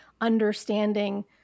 understanding